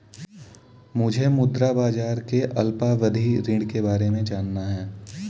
मुझे मुद्रा बाजार के अल्पावधि ऋण के बारे में जानना है